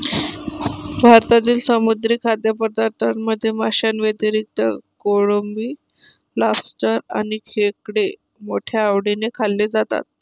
भारतातील समुद्री खाद्यपदार्थांमध्ये माशांव्यतिरिक्त कोळंबी, लॉबस्टर आणि खेकडे मोठ्या आवडीने खाल्ले जातात